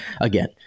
again